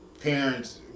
parents